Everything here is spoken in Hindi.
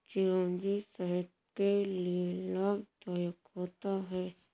चिरौंजी सेहत के लिए लाभदायक होता है